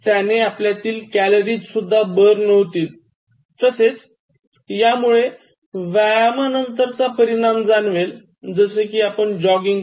त्याने आपल्यातील calories burn होतील तसेच यामुळे व्ययामांनंतरचा परिणाम जाणवेल जसे कि जॉगिंग